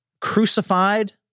crucified